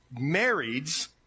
marrieds